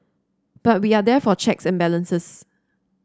but we are there for checks and balances